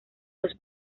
los